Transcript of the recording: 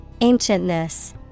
Ancientness